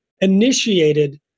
initiated